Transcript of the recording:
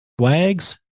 wags